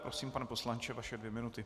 Prosím, pane poslanče, vaše dvě minuty.